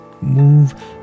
move